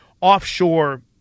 offshore